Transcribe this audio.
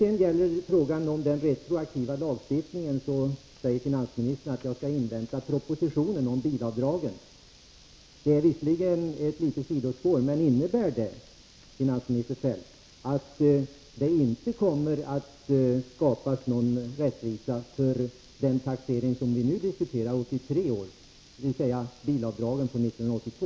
I fråga om den retroaktiva lagstiftningen säger finansministern att jag skall invänta propositionen om bilavdragen. Detta är visserligen ett litet sidospår, men innebär det, finansminister Feldt, att det inte kommer att skapas någon rättvisa när det gäller den taxering som vi nu diskuterar, 1983 års, och som alltså avser bilavdragen från 1982?